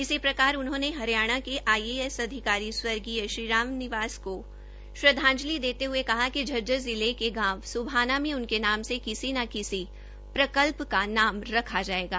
इसी प्रकार उन्होंने हरियाणा के आईएएस अधिकारी स्वर्गीय श्री रामनिवास को श्रद्वांजलि देते हए कहा कि झज्जर जिला के गांव सुभाना में उनके नाम से किसी ना किसी प्रकल्प का नाम रखा जाएगा